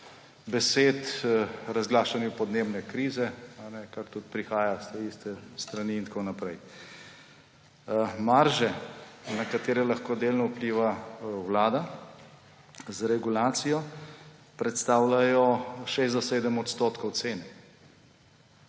besed, razglašanja podnebne krize, kar tudi prihaja iz teiste strani, in tako naprej. Marže, na katere lahko delno vpliva vlada z regulacijo, predstavljajo 6–7 % cene.